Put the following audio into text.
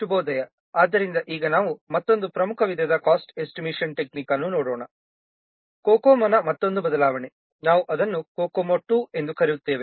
ಶುಭೋದಯ ಈಗ ನಾವು ಮತ್ತೊಂದು ಪ್ರಮುಖ ವಿಧದ ಕಾಸ್ಟ್ ಎಸ್ಟಿಮೇಶನ್ ಟೆಕ್ನಿಕ್ ಅನ್ನು ನೋಡೋಣ COCOMOನ ಮತ್ತೊಂದು ಬದಲಾವಣೆ ನಾವು ಅದನ್ನು COCOMO II ಎಂದು ಕರೆಯುತ್ತೇವೆ